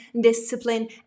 discipline